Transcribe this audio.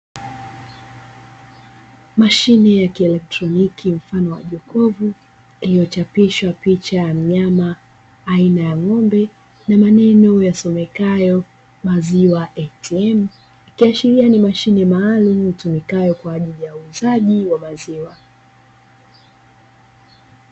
Mashine ya kielektroniki, mfano wa jokovu, imechapishwa picha ya mnyama aina ya ng'ombe na maneno yasomekayo "Maziwa ATM", kiashiria kwamba ni mashine maalum ya uuzaji wa maziwa.